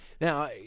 Now